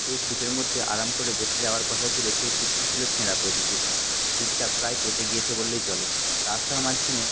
যে সিটের মধ্যে আরাম করে বসে যাওয়ার কথা ছিলো সে সিটটি ছিলো ছেঁড়া প্রকৃতির সিটটা প্রায় পচে গিয়েছে বললেই চলে রাস্তার মাঝখানে